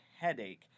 headache